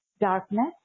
darkness